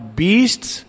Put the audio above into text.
beasts